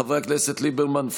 חברי הכנסת ליברמן,